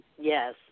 Yes